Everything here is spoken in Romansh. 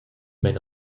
mein